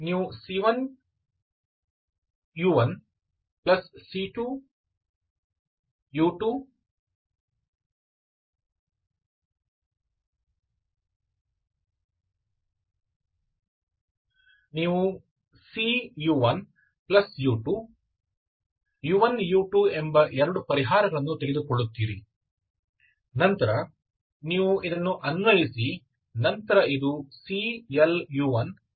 ನೀವು cu1 u2 u1 u2 ಎಂಬ ಎರಡು ಪರಿಹಾರಗಳನ್ನು ತೆಗೆದುಕೊಳ್ಳುತ್ತೀರಿ ನಂತರ ನೀವು ಇದನ್ನು ಅನ್ವಯಿಸಿ ನಂತರ ಇದು cLu1Lu2 ಆಗುತ್ತದೆ